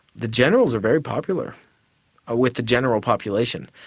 the generals are very popular ah with the general population.